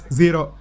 zero